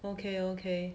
okay okay